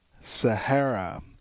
Sahara